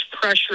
pressure